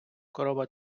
корова